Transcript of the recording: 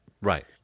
Right